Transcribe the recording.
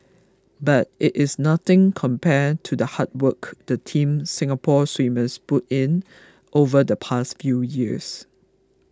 but it is nothing compared to the hard work the Team Singapore swimmers put in over the past few years